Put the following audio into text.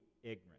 ignorant